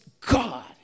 God